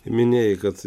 minėjai kad